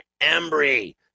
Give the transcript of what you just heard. Embry